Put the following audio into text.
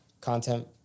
Content